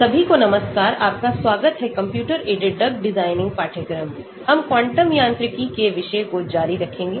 सभी को नमस्कार आपका स्वागत है कंप्यूटर एडेड ड्रग डिज़ाइन पाठ्यक्रम में हम क्वांटम यांत्रिकी के विषय को जारी रखेंगे